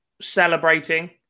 celebrating